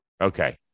Okay